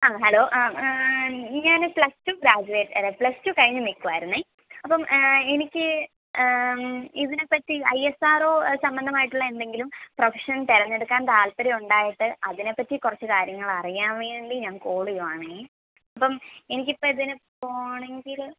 ആ ഹലോ ആ ഞാൻ പ്ലസ് ടൂ ഗ്രാജുവേറ്റ് അല്ല പ്ലസ് ടൂ കഴിഞ്ഞു നിക്കുവായിരുന്നു അപ്പം എനിക്ക് ഇതിനെപ്പറ്റി ഐഎസ്ആർഓ സംബന്ധമായിട്ടുള്ള എന്തെങ്കിലും പ്രൊഫഷൻ തിരഞ്ഞെടുക്കാൻ താൽപ്പര്യം ഉണ്ടായിട്ട് അതിനെപ്പറ്റി കുറച്ചുകാര്യങ്ങൾ അറിയാൻ വേണ്ടി ഞാൻ കോൾ ചെയ്യുവാണെ ഇപ്പം എനിക്കിപ്പം അതിന് പോകണമെങ്കിൽ